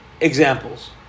Examples